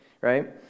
right